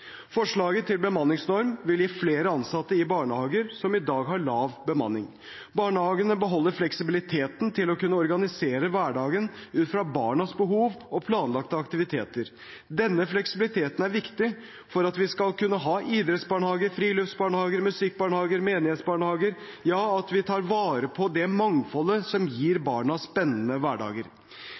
Forslaget til bemanningsnorm vil gi flere ansatte i barnehager som i dag har lav bemanning. Barnehagene beholder fleksibiliteten til å kunne organisere hverdagen ut fra barnas behov og planlagte aktiviteter. Denne fleksibiliteten er viktig for at vi skal kunne ha idrettsbarnehager, friluftsbarnehager, musikkbarnehager, menighetsbarnehager – ja, at vi tar vare på det mangfoldet som gir barna spennende hverdager.